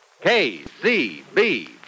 K-C-B